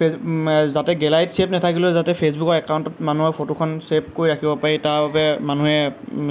face যাতে গেলাৰীত save নাথাকিলেও যাতে ফেচবুকৰ একাউণ্টত মানুহৰ ফটোখন ছেভ কৰি ৰাখিব পাৰি তাৰ বাবে মানুহে